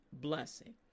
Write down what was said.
blessing